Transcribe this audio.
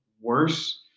worse